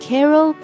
Carol